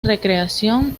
recreación